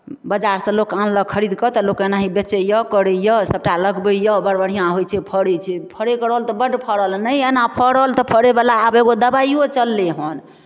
बाजारसँ लोक आनलक खरीद कऽ तऽ लोक एनाही बेचैए करैए सभटा लगबैए बड़ बढ़िआँ होइत छै फड़ैत छै फड़यके रहल तऽ बड्ड फड़ल नहि एना फड़ल तऽ फड़यवला आब एगो दबाइओ चललै हन